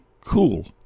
cool